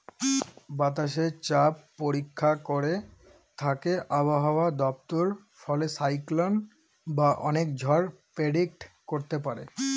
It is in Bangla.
বাতাসের চাপ পরীক্ষা করে থাকে আবহাওয়া দপ্তর ফলে সাইক্লন বা অনেক ঝড় প্রেডিক্ট করতে পারে